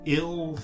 ill